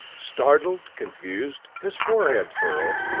startled, confused, his forehead furrowed,